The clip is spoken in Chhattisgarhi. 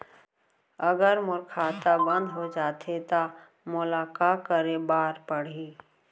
अगर मोर खाता बन्द हो जाथे त मोला का करे बार पड़हि?